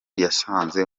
yasanze